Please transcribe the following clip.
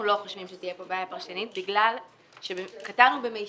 אנחנו לא חושבים שתהיה פה בעיה פרשנית בגלל שכתבנו "במישרין".